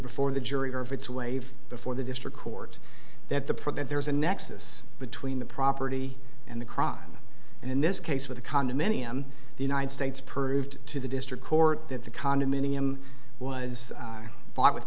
before the jury or if it's waive before the district court that the prevent there's a nexus between the property and the crime and in this case with a condominium the united states proved to the district court that the condominium was bought with